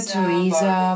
Teresa